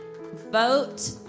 Vote